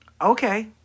Okay